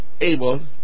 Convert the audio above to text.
able